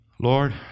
Lord